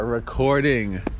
recording